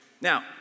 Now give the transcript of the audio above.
Now